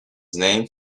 named